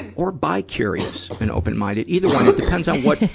or bi-curious and open-minded either one. it depends on what,